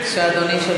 בבקשה, אדוני.